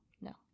no